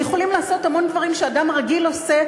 יכולים לעשות המון דברים שאדם רגיל עושה,